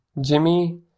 Jimmy